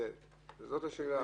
זאת השאלה.